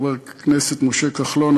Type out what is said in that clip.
חבר הכנסת משה כחלון,